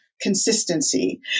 consistency